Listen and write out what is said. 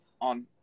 on